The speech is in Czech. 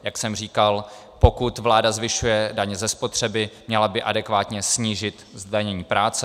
Jak jsem říkal, pokud vláda zvyšuje daně ze spotřeby, měla by adekvátně snížit zdanění práce.